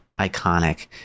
iconic